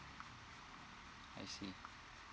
I see